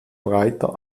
breiter